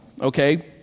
Okay